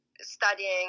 studying